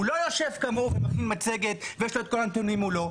הוא לא יושב כמוהו ומכין מצגת ויש לו את כל הנתונים מולו,